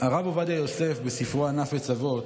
הרב עובדיה יוסף, בספרו "ענף עץ אבות",